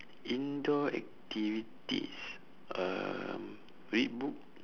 indoor activities um read book